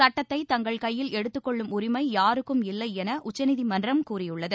சுட்டத்தை தங்கள் கையில் எடுத்துக்கொள்ளும் உரிமை யாருக்கும் இல்லை என உச்சநீதிமன்றம் கூறியுள்ளது